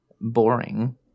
boring